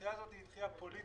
הדחייה הזאת היא דחייה פוליטית,